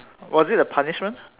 was it a punishment